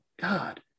god